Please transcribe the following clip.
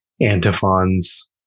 antiphons